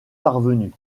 parvenu